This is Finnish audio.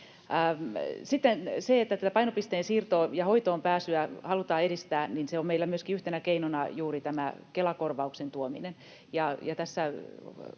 Sitten siihen, että tätä painopisteen siirtoa ja hoitoonpääsyä halutaan edistää, on meillä yhtenä keinona myöskin juuri tämä Kela-korvauksen tuominen.